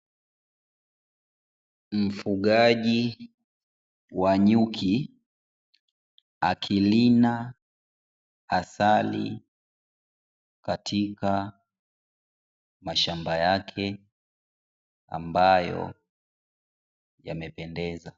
Mfugaji wa nyuki akirina asali katika mashamba yake ambayo yamependeza.